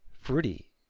Fruity